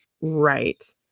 right